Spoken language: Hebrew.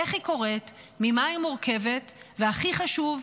איך היא קורית, ממה היא מורכבת, והכי חשוב,